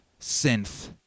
synth